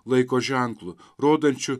laiko ženklu rodančiu